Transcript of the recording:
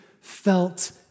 felt